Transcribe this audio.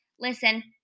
listen